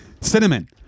Cinnamon